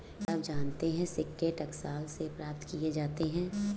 क्या आप जानते है सिक्के टकसाल से प्राप्त किए जाते हैं